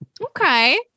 okay